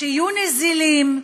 שיהיו נזילים,